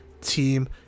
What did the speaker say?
team